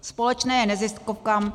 Společné neziskovkám.